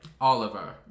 Oliver